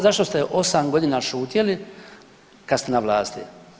Zašto ste 8 godina šutjeli kad ste na vlasti?